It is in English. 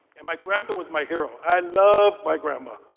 and my grandma was my hero. i loved my grandma.